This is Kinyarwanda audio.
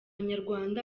abanyarwanda